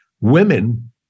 women